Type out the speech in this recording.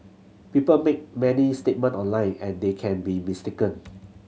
people make many statement online and they can be mistaken